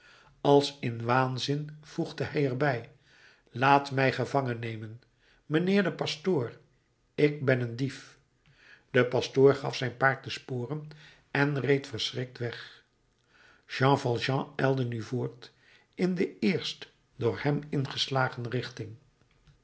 als in waanzin voegde hij er bij laat mij gevangennemen mijnheer de pastoor ik ben een dief de pastoor gaf zijn paard de sporen en reed verschrikt weg jean valjean ijlde nu voort in de eerst door hem ingeslagen richting